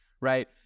right